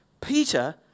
Peter